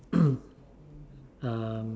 um